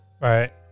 right